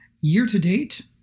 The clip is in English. year-to-date